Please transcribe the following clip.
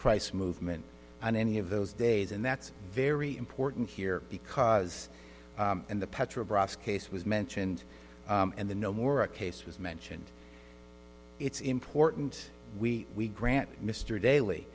price movement on any of those days and that's very important here because in the petrobras case was mentioned in the no more a case was mentioned it's important we we grant mr daly